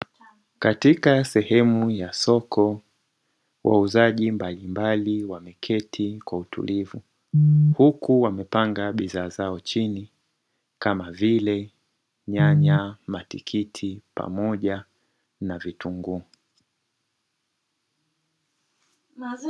Katika sehemu ya soko wauzaji mbalimbali wameketi kwa utulivu, huku wamepanga bidhaa zao chini kama vile nyanya, matikiti pamoja na vitunguu.